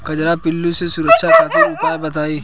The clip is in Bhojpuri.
कजरा पिल्लू से सुरक्षा खातिर उपाय बताई?